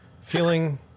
feeling